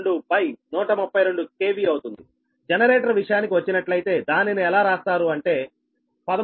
2 132 KV అవుతుంది generator విషయానికి వచ్చినట్లయితే దానిని ఎలా రాస్తారు అంటే 13